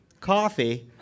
coffee